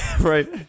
right